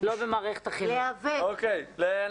ואנחנו